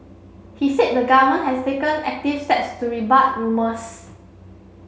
he said the government has taken active steps to rebut rumours